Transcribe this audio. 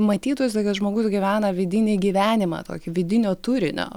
matytųsi kad žmogus gyvena vidinį gyvenimą tokį vidinio turinio